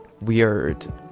weird